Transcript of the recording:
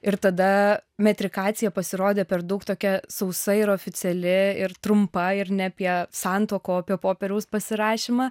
ir tada metrikacija pasirodė per daug tokia sausa ir oficiali ir trumpa ir ne apie santuoką o apie popieriaus pasirašymą